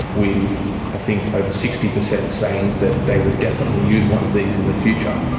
with i think over sixty percent saying that they would definitely use one of these in the future,